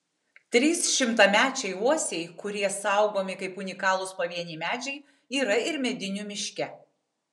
trys šimtamečiai uosiai kurie saugomi kaip unikalūs pavieniai medžiai yra ir medinių miške